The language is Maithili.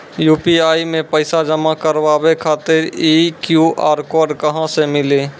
यु.पी.आई मे पैसा जमा कारवावे खातिर ई क्यू.आर कोड कहां से मिली?